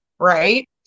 right